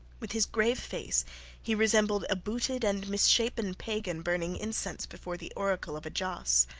with his grave face he resembled a booted and misshapen pagan burning incense before the oracle of a joss.